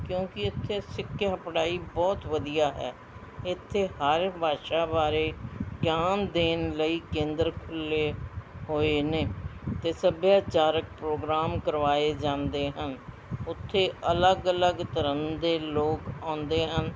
ਕਿਉਂਕਿ ਇੱਥੇ ਸਿੱਖਿਆ ਪੜ੍ਹਾਈ ਬਹੁਤ ਵਧੀਆ ਹੈ ਇੱਥੇ ਹਰ ਭਾਸ਼ਾ ਬਾਰੇ ਗਿਆਨ ਦੇਣ ਲਈ ਕੇਂਦਰ ਖੁੱਲ੍ਹੇ ਹੋਏ ਨੇ ਅਤੇ ਸੱਭਿਆਚਾਰਕ ਪ੍ਰੋਗਰਾਮ ਕਰਵਾਏ ਜਾਂਦੇ ਹਨ ਉੱਥੇ ਅਲੱਗ ਅਲੱਗ ਧਰਮ ਦੇ ਲੋਕ ਆਉਂਦੇ ਹਨ